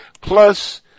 Plus